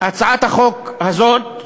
הצעת החוק הזאת,